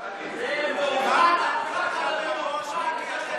לך מהראש, מיקי.